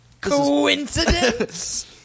Coincidence